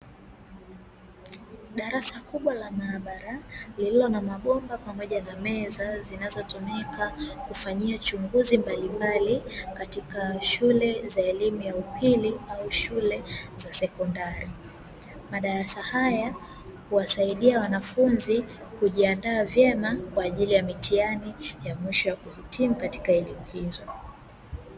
Darasa kubwa la maabara, lililo na mabomba pamoja na meza zinazotumika kufanyia uchunguzi mbalimbali katika shule za elimu ya upili au shule za sekondari. Madarasa haya huwasaidia wanafunzi kujiandaa vyema kwa ajili ya mitihani ya mwisho ya kuhitimu katika elimu hizo.